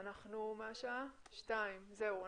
השעה 14:00. זהו.